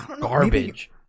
garbage